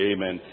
Amen